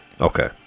Okay